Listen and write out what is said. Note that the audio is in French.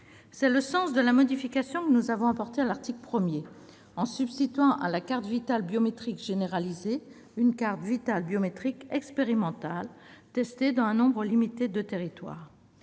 C'est le sens de la modification que nous avons apportée à l'article 1, en substituant à la carte Vitale biométrique généralisée une carte Vitale biométrique expérimentale, testée dans un nombre limité de territoires.